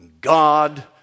God